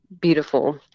beautiful